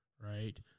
Right